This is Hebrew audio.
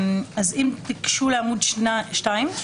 אם תיגשו לעמוד השני,